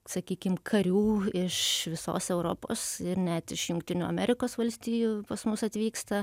sakykim karių iš visos europos ir net iš jungtinių amerikos valstijų pas mus atvyksta